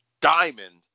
diamond